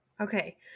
Okay